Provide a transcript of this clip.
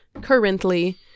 currently